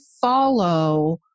follow